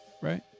right